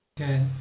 okay